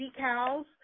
decals